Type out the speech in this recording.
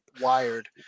wired